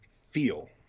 feel